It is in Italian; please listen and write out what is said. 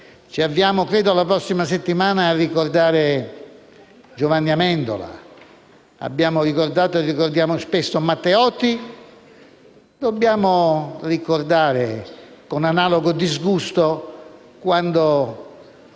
Ci avviamo la prossima settimana a ricordare Giovanni Amendola, abbiamo ricordato e ricordiamo spesso Giacomo Matteotti. Dobbiamo ricordare, con analogo disgusto, quando,